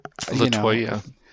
Latoya